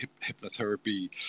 hypnotherapy